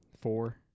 four